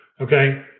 okay